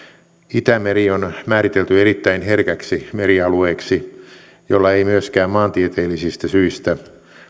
itämeri on määritelty erittäin herkäksi merialueeksi jolla ei myöskään maantieteellisistä syistä